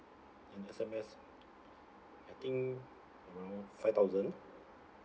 and S_M_S I think around five thousand